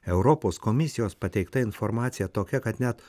europos komisijos pateikta informacija tokia kad net